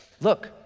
look